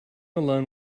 alone